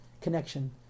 connection